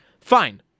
Fine